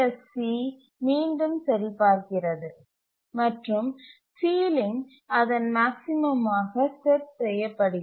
C மீண்டும் சரிபார்க்கிறது மற்றும் சீலிங் அதன் மேக்ஸிமமாக செட் செய்யப்படுகிறது